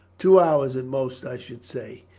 two hours at most, i should say.